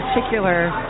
particular